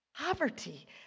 poverty